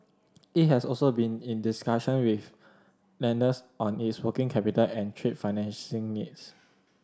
it has also been in discussion with lenders on its working capital and trade financing needs